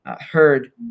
heard